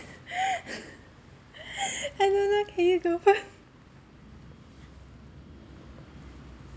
I don't know can you go first